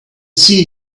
see